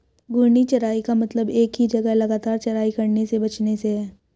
घूर्णी चराई का मतलब एक ही जगह लगातार चराई करने से बचने से है